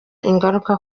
ingaruka